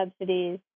subsidies